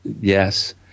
Yes